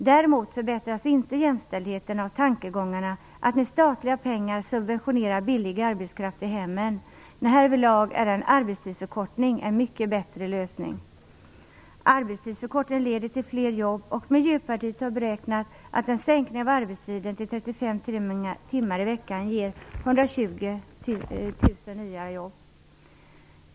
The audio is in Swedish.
Däremot förbättras inte jämställdheten av tankegångarna att med statliga pengar subventionera billig arbetskraft i hemmen. Nej, härvidlag är en arbetstidsförkortning en mycket bättre lösning. Arbetstidsförkortningen leder till fler jobb, och Miljöpartiet har beräknat att en sänkning av arbetstiden till 35 timmar i veckan ger ca 120 000 nya jobb.